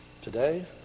today